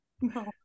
No